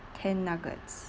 ten nuggets